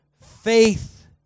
faith